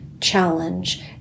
challenge